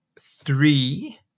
three